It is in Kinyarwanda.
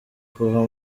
kuva